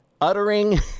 Uttering